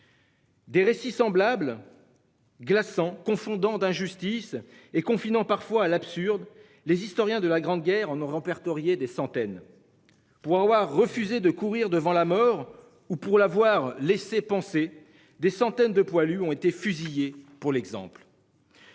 Des récits semblable. Glaçant confondant d'injustice et confinant parfois à l'absurde. Les historiens de la Grande Guerre. On ne. Des centaines. Pour avoir refusé de courir devant la mort ou pour l'avoir laissé penser des centaines de poilus ont été fusillés pour l'exemple.